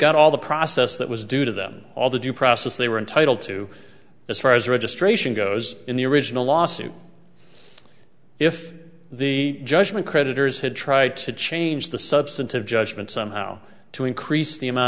got all the process that was due to them all the due process they were entitled to as far as registration goes in the original lawsuit if the judgment creditors had tried to change the substantive judgment somehow to increase the amount